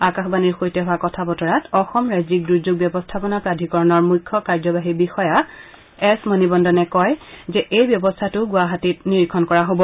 আকাশবাণীৰ সৈতে হোৱা কথা বতৰাত অসম ৰাজ্যিক দুৰ্যোগ ব্যৱস্থাপনা প্ৰাধিকৰণৰ মুখ্য কাৰ্যবাহী বিষয়া এছ মণিবন্ননে কয় যে এই ব্যৱস্থাটো গুৱাহাটীত নিৰীক্ষণ কৰা হ'ব